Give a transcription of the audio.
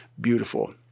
beautiful